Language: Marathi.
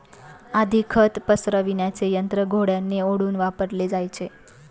आधी खत पसरविण्याचे यंत्र घोड्यांनी ओढून वापरले जायचे